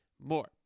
more